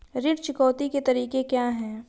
ऋण चुकौती के तरीके क्या हैं?